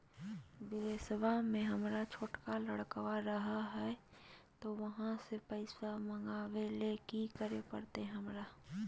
बिदेशवा में हमर छोटका लडकवा रहे हय तो वहाँ से पैसा मगाबे ले कि करे परते हमरा?